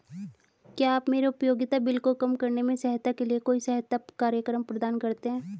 क्या आप मेरे उपयोगिता बिल को कम करने में सहायता के लिए कोई सहायता कार्यक्रम प्रदान करते हैं?